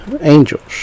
angels